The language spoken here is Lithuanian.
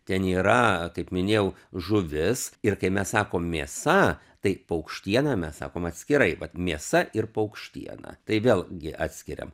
ten yra kaip minėjau žuvis ir kai mes sakom mėsa tai paukštiena mes sakom atskirai vat mėsa ir paukštiena tai vėl gi atskiriam